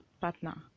partner